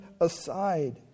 aside